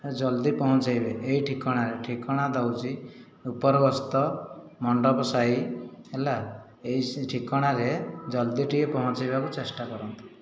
ଜଲଦି ପହଞ୍ଚାଇବେ ଏହି ଠିକଣାରେ ଠିକଣା ଦେଉଛି ଉପରବସ୍ତ ମଣ୍ଡପସାହି ହେଲା ଏହି ଠିକଣାରେ ଜଲଦି ଟିକେ ପହଞ୍ଚାଇବାକୁ ଚେଷ୍ଟା କରନ୍ତୁ